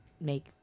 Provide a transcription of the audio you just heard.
make